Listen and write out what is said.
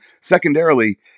secondarily